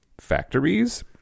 factories